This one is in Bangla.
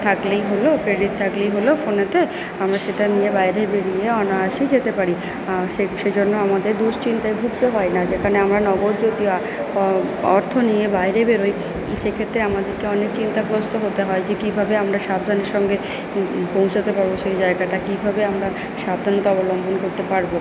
থাকলেই হল ক্রেডিট থাকলেই হল ফোনে আমরা সেটা নিয়ে বাইরে বেরিয়ে অনায়াসেই যেতে পারি সেই জন্য আমাদের দুশ্চিন্তায় ভুগতে হয় না যেখানে আমরা নগদ যদি অর্থ নিয়ে বাইরে বেরোই সেক্ষেত্রে আমাদেরকে অনেক চিন্তাগ্রস্হ হতে হয় যে কীভাবে আমরা সাবধানের সঙ্গে পৌঁছাতে পারব সে জায়গাটা কীভাবে আমরা সাবধানতা অবলম্বন করতে পারব